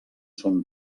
son